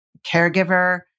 caregiver